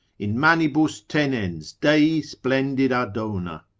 in manibus tenens dei splendida dona.